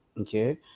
Okay